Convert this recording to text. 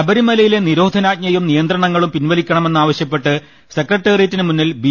ശബരിമലയിലെ നിരോധനാജ്ഞയും നിയന്ത്രണങ്ങളും പിൻവലിക്കണമെന്നാവശ്യപ്പെട്ട് സെക്രട്ടറിയേറ്റിനു മുന്നിൽ ബി